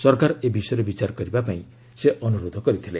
ସରକାର ଏ ବିଷୟରେ ବିଚାର କରିବା ପାଇଁ ସେ ଅନୁରୋଧ କରିଥିଲେ